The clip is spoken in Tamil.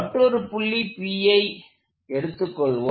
மற்றொரு புள்ளி P ஐ எடுத்துக்கொள்வோம்